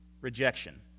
rejection